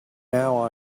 now